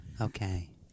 Okay